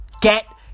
Get